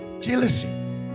Jealousy